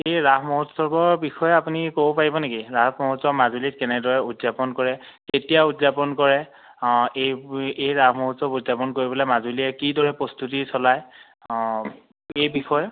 এই ৰাস মহোৎসৱৰ বিষয়ে আপুনি ক'ব পাৰিব নেকি ৰাস মহোৎসৱ মাজুলীত কেনেদৰে উদযাপন কৰে কেতিয়া উদযাপন কৰে এই ৰাস মহোৎসৱ উদযাপন কৰিবলৈ মাজুলীয়ে কিদৰে প্ৰস্তুতি চলায় এই বিষয়ে